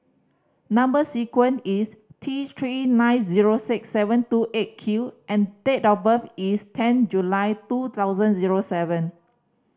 number sequence is T Three nine zero six seven two Eight Q and date of birth is ten July two thousand zero seven